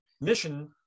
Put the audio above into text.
mission